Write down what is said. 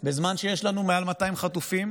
בזמן שיש לנו מעל 200 חטופים,